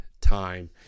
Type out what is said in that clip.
time